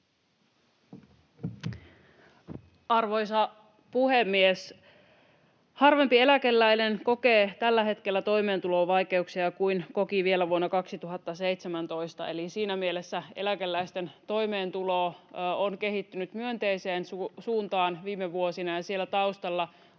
Arvoisa puhemies! Harvempi eläkeläinen kokee tällä hetkellä toimeentulovaikeuksia kuin koki vielä vuonna 2017. Eli siinä mielessä eläkeläisten toimeentulo on kehittynyt myönteiseen suuntaan viime vuosina,